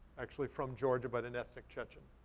actually from georgia, but an ethnic chechen.